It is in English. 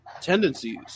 tendencies